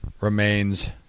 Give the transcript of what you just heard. remains